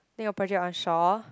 doing a project on Shaw